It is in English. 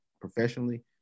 professionally